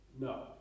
No